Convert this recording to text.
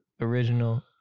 Original